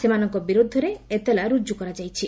ସେମାନଙ୍କ ବିରୁଦ୍ଧରେ ଏତଲା ରୁଜୁ କରାଯାଇଛି